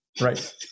Right